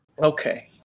Okay